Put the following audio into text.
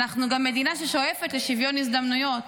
אנחנו גם מדינה ששואפת לשוויון הזדמנויות,